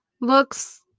Looks